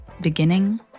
beginning